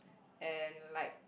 and like